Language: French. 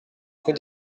rue